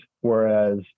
whereas